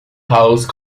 house